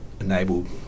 enabled